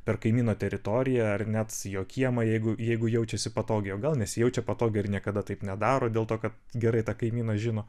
per kaimyno teritoriją ar net jo kiemą jeigu jeigu jaučiasi patogiai o gal nesijaučia patogiai ir niekada taip nedaro dėl to kad gerai tą kaimynas žino